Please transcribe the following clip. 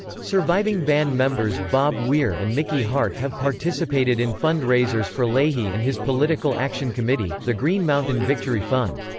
surviving band members bob weir and mickey hart have participated in fund-raisers for leahy and his political action committee, the green mountain victory fund.